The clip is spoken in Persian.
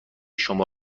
شما